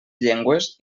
llengües